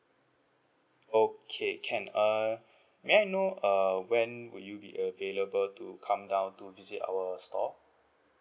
okay can err may I know err when will you be available to come down to visit our store